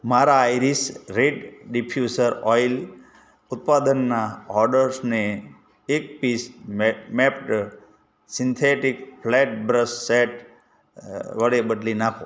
મારા Irish red diffuser oil ઉત્પાદનના ઑર્ડર્સને એક piece map mapped synthetic flat brush set અ વડે બદલી નાખો